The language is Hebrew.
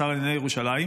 השר לענייני ירושלים.